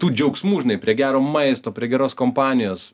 tų džiaugsmų žinai prie gero maisto prie geros kompanijos